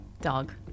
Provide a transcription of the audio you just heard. Dog